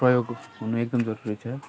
प्रयोग हुनु एकदम जरुरी छ